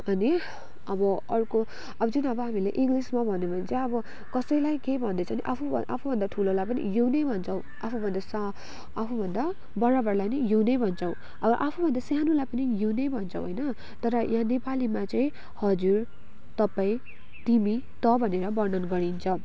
अनि अब अर्को अब जुन अब हामीले इङ्लिसमा भन्यौँ भने चाहिँ अब कसैलाई केही भन्दैछ भने आफूभन्दा ठुलोलाई पनि यू नै भन्छौँ आफूभन्दा सानो आफूभन्दा बराबरलाई पनि यू नै भन्छौँ आफूभन्दा सानोलाई पनि यू नै भन्छौँ होइन तर यहाँ नेपालीमा चाहिँ हजुर तपाईँ तिमी तँ भनेर वर्णन गरिन्छ